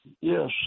Yes